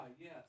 yes